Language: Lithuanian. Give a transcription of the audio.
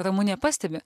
ramunė pastebi